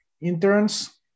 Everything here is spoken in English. interns